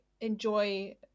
enjoy